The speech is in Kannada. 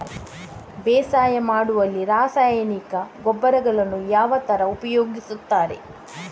ಬೇಸಾಯ ಮಾಡುವಲ್ಲಿ ರಾಸಾಯನಿಕ ಗೊಬ್ಬರಗಳನ್ನು ಯಾವ ತರ ಉಪಯೋಗಿಸುತ್ತಾರೆ?